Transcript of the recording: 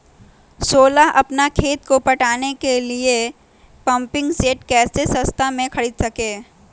सोलह अपना खेत को पटाने के लिए पम्पिंग सेट कैसे सस्ता मे खरीद सके?